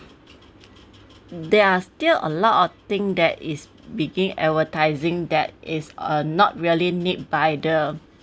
there are still a lot of thing that is begin advertising that is uh not really need by the